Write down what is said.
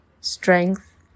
strength